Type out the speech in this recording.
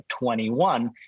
21